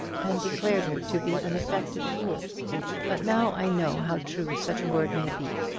and declared her to be an affected fool but now i know how true such a word may be.